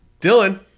Dylan